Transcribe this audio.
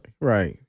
right